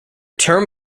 term